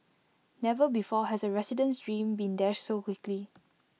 never before has A resident's dream been dashed so quickly